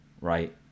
right